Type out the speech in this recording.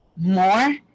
more